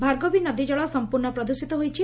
ଭାର୍ଗବୀ ନଦୀ ଜଳ ସଂପୂର୍ଶ୍ଚ ପ୍ରଦୃଷିତ ହୋଇଛି